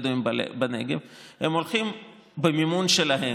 הבדואים בנגב הם הולכים להקים קו זמני במימון שלהם.